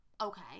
okay